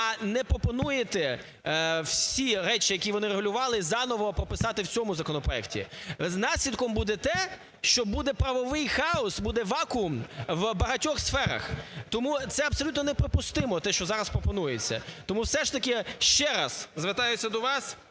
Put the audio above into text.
а не пропонуєте всі речі, які вони регулювали заново прописати в цьому законопроекті. Наслідком буде те, що буде правовий хаос, буде вакуум в багатьох сферах. Тому це абсолютно неприпустимо, те, що зараз пропонується. Тому все ж таки ще раз звертаюся до вас,